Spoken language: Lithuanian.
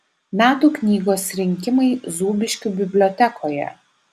metų knygos rinkimai zūbiškių bibliotekoje